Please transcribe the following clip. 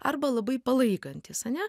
arba labai palaikantys ane